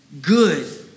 good